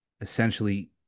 essentially